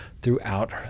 throughout